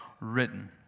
written